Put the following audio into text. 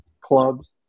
clubs